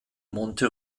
monte